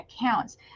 accounts